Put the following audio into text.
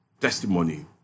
testimony